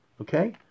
Okay